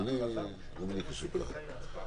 אני פותח את ישיבת